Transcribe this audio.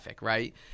right